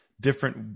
different